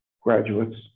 graduates